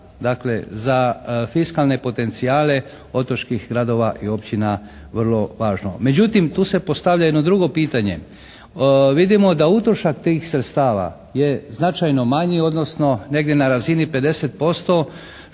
je za fiskalne potencijale otočkih gradova i općina vrlo važno. Međutim, tu se postavlja jedno drugo pitanje. Vidimo da utrošak tih sredstava je značajno manji odnosno negdje na razini 50%